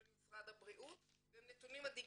של משרד הבריאות והם נתונים מדאיגים,